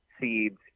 seeds